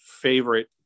favorite